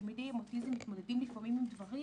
תלמידים עם אוטיזם מתמודדים לפעמים עם דברים